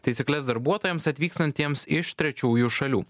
taisykles darbuotojams atvykstantiems iš trečiųjų šalių